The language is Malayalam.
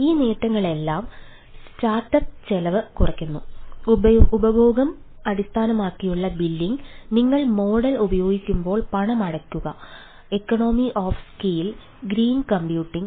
ഈ നേട്ടങ്ങളെല്ലാം സ്റ്റാർട്ടപ്പ് ചെലവ് കുറയ്ക്കുന്നു ഉപഭോഗം അടിസ്ഥാനമാക്കിയുള്ള ബില്ലിംഗ് നിങ്ങൾ മോഡൽ ഉപയോഗിക്കുമ്പോൾ പണമടയ്ക്കുക economy of scale green computing